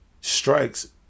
strikes